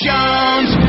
Jones